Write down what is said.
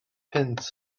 punt